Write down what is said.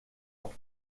ans